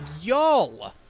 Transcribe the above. y'all